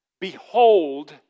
Behold